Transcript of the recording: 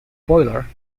boiler